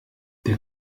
der